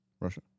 Russia